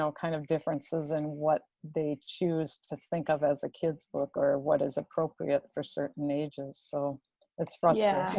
so kind of differences in what they choose to think of as a kid's book or what is appropriate for certain ages. so that's frustrating. yeah.